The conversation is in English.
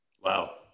Wow